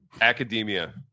academia